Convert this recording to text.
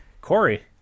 Corey